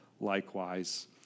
likewise